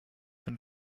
been